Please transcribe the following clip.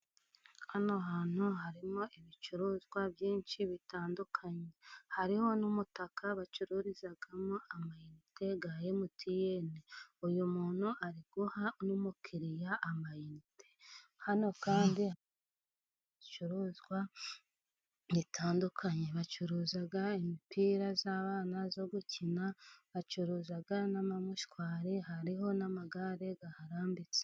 Hano hantu harimo, ibicuruzwa byinshi bitandukanye, hariho n'umutaka bacururizamo, amayinite ya emutiyene, uyu muntu ariguha n'umukiriya amayinite, hano kandi hari ibicuruzwa gitandukanye, bacuruza imipira y'abana yo gukina, bacuruza n'amamoshwari hariho n'amagare gaharambitse.